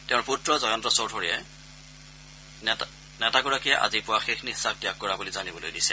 তেওঁ পুত্ৰ জয়ন্ত চৌধুৰীয়ে নেতাগৰাকীয়ে আজি পুৱা শেষ নিশ্বাস ত্যাগ কৰা বুলি জানিবলৈ দিছে